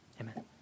amen